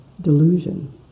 delusion